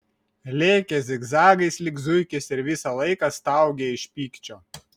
lėkė zigzagais lyg zuikis ir visą laiką staugė iš pykčio